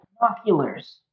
binoculars